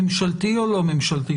ממשלתי או לא ממשלתי,